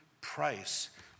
price